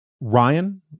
Ryan